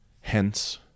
Hence